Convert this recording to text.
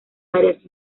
varias